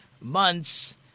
months